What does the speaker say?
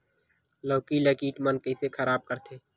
लौकी ला कीट मन कइसे खराब करथे?